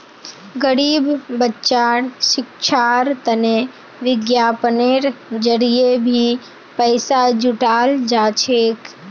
गरीब बच्चार शिक्षार तने विज्ञापनेर जरिये भी पैसा जुटाल जा छेक